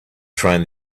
train